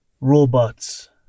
robots